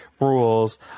rules